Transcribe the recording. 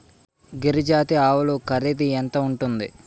గిరి జాతి ఆవులు ఖరీదు ఎంత ఉంటుంది?